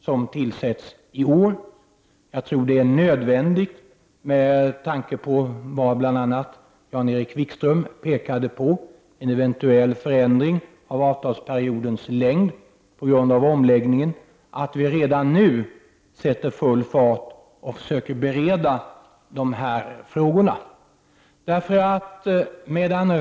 Med tanke på den eventuella förändringen i fråga om avtalsperiodens längd på grund av omläggningen, som bl.a. Jan-Erik Wikström har pekat på, tror jag att det är viktigt att vi redan nu sätter full fart och försöker bereda dessa frågor. Herr talman!